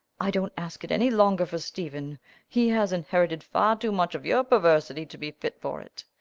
i don't ask it any longer for stephen he has inherited far too much of your perversity to be fit for it.